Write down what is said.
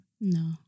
No